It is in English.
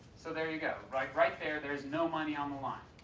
so there ya right right there there's no money on the line.